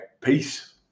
Peace